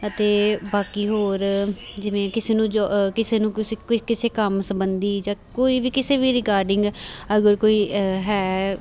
ਅਤੇ ਬਾਕੀ ਹੋਰ ਜਿਵੇਂ ਕਿਸੇ ਨੂੰ ਜੋ ਕਿਸੇ ਨੂੰ ਕਿਸੇ ਕਿਸੇ ਕੰਮ ਸਬੰਧੀ ਜਾਂ ਕੋਈ ਵੀ ਕਿਸੇ ਵੀ ਰਿਗਾਰਡਿੰਗ ਅਗਰ ਕੋਈ ਹੈ